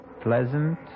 pleasant